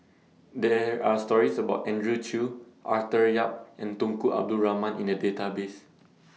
There Are stories about Andrew Chew Arthur Yap and Tunku Abdul Rahman in The Database